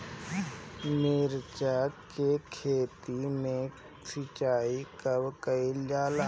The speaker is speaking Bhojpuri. मिर्चा के खेत में सिचाई कब कइल जाला?